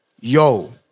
Yo